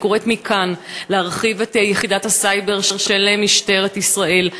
אני קוראת מכאן להרחיב את יחידת הסייבר של משטרת ישראל.